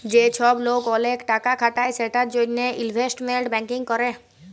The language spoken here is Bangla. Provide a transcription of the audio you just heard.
যে চ্ছব লোক ওলেক টাকা খাটায় সেটার জনহে ইলভেস্টমেন্ট ব্যাঙ্কিং ক্যরে